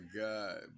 God